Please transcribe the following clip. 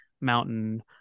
mountain